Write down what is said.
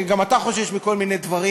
גם אתה חושש מכל מיני דברים.